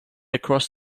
across